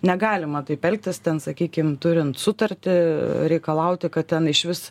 negalima taip elgtis ten sakykim turint sutartį reikalauti kad ten išvis